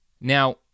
Now